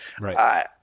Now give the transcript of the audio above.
Right